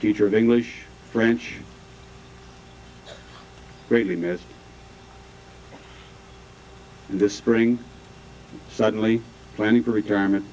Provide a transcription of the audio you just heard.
le of english french greatly miss this spring suddenly planning for retirement